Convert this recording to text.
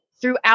throughout